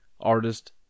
artist